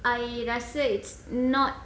I rasa it's not